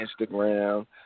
Instagram